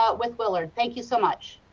ah with willard, thank you so much.